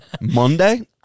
Monday